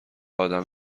آدم